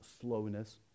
slowness